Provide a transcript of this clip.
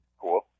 Cool